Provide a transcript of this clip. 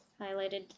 highlighted